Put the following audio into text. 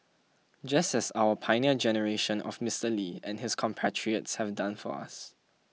just as our Pioneer Generation of Mister Lee and his compatriots have done for us